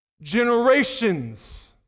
Generations